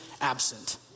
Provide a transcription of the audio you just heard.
absent